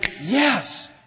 yes